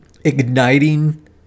igniting